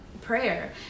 prayer